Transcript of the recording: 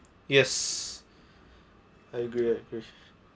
yes I agree I agree